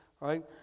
right